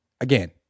Again